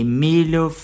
Emilio